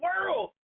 world